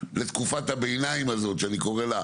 לתקופת הביניים הזאת שאני קורה לה,